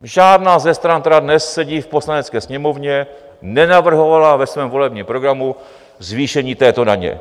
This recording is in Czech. Žádná ze stran, která dnes sedí v Poslanecké sněmovně, nenavrhovala ve svém volebním programu zvýšení této daně.